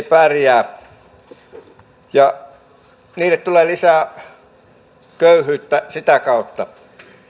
pärjää ja heille tulee lisää köyhyyttä sitä kautta